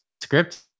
script